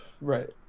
Right